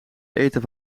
eten